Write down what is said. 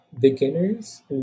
beginners